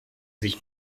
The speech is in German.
sich